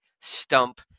stump